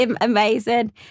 amazing